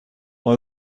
let